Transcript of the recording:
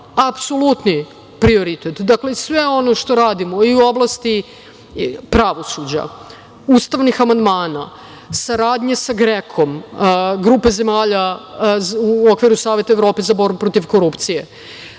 Apsolutni prioritet. Dakle, sve ono što radimo i u oblasti pravosuđa, ustavnih amandmana, saradnje sa GREKO-m, Grupe zemalja u okviru Saveta Evrope za borbu protiv korupcije,